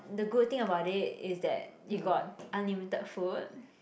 the good thing about it is that you got unlimited food